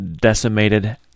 decimated